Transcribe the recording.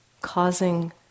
causing